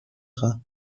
خواهد